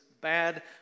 bad